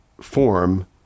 form